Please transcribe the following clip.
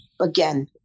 again